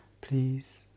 Please